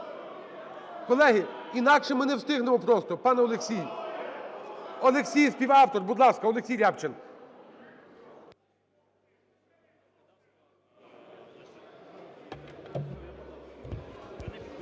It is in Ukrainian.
Колеги, інакше ми не встигнемо просто. Пан Олексій, Олексій – співавтор. Будь ласка, Олексій Рябчин.